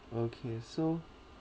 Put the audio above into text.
okay so